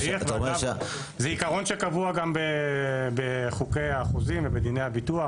זה עיקרון שקבוע גם בחוקי החוזים ובדיני הביטוח.